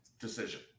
decision